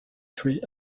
tree